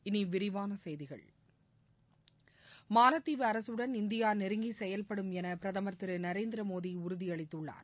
இனி விரிவான செய்திகள் அரசுடன்இந்தியா நெருங்கி செயல்படும் என பிரதமர் திரு நரேந்திர மாலத்தீவு மோடி உறுதியளித்துள்ளார்